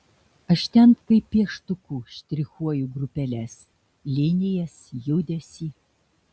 aš ten kaip pieštuku štrichuoju grupeles linijas judesį